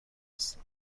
هستم